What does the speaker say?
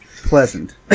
pleasant